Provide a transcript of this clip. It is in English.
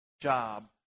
job